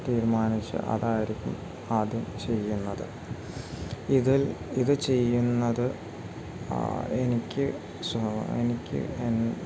തീരുമാനിച്ച് അതായിരിക്കും ആദ്യം ചെയ്യുന്നത് ഇതിൽ ഇത് ചെയ്യുന്നത് എനിക്ക് സോ എനിക്ക്